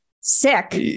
sick